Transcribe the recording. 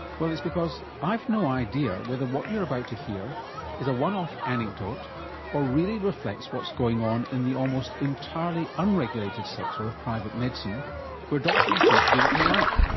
well, it's because i've no idea whether what you're about to hear is a one-off anecdote or really reflects what's going on in the almost entirely unregulated sector of private medicine where doctors free to do what they like,